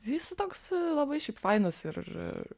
jis toks labai šiaip fainas ir